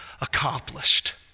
accomplished